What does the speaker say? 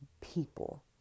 people